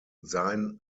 sein